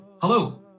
Hello